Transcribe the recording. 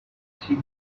she